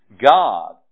God